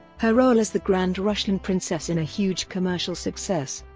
her role as the grand russian princess in a huge commercial success,